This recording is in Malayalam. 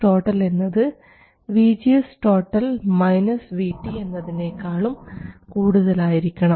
VDS എന്നത് VGS VT എന്നതിനേക്കാളും കൂടുതലായിരിക്കണം